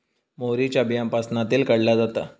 मोहरीच्या बीयांपासना तेल काढला जाता